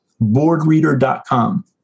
boardreader.com